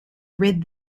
rid